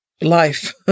Life